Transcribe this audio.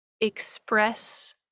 express